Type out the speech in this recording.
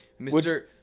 Mr